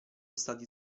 stati